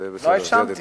לא האשמתי.